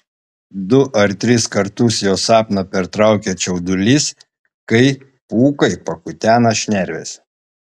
du ar tris kartus jo sapną pertraukia čiaudulys kai pūkai pakutena šnerves